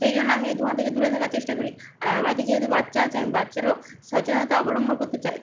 সেই জন্য আমি ওই ধোঁয়া থেকে দূরে থাকার চেষ্টা করি আর আমার বাড়িতে যেহেতু বাচ্চা আছে আমি বাচ্চারও সচেতনতা অবলম্বন করতে চাই